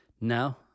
Now